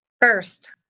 First